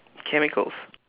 chemicals